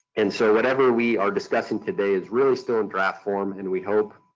and so, whatever we are discussing today is really still in draft form and we hope,